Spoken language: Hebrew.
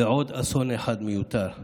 ועוד אסון אחד מיותר מדי,